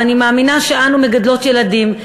ואני מאמינה שאנו מגדלות ילדים,